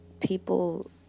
people